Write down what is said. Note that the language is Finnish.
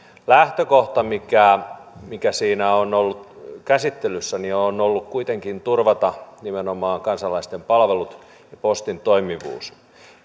lähtökohta mikä mikä siinä on ollut käsittelyssä on ollut kuitenkin turvata nimenomaan kansalaisten palvelut ja postin toimivuus